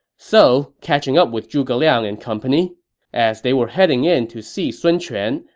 so, catching up with zhuge liang and company as they were heading in to see sun quan,